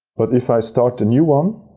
but if i start a new one,